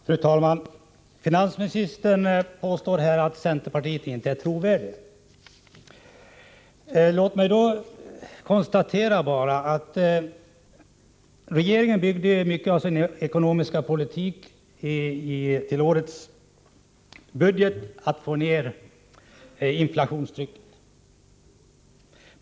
Fru talman! Finansministern påstår att centerpartiet inte är trovärdigt. Låt mig då konstatera att regeringen byggde mycket av sin ekonomiska politik när det gäller årets budget på att få ned inflationstrycket.